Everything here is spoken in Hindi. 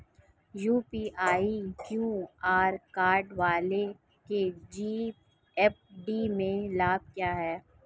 यू.पी.आई क्यू.आर कोड वालों को जी.एस.टी में लाभ क्या है?